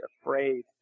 afraid